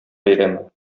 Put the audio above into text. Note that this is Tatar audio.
бәйрәме